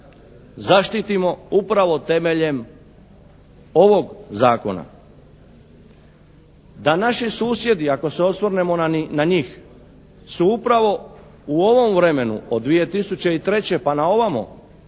zaštitimo upravo temeljem ovog zakona. Da naši susjedi ako se osvrnemo na njih, su upravo u ovom vremenu od 2003. pa na ovamo,